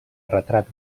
retrat